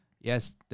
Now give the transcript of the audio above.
yes